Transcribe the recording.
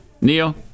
Neo